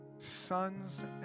Sons